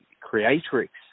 Creatrix